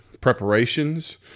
preparations